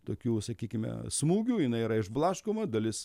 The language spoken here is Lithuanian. tokių sakykime smūgių jinai yra išblaškoma dalis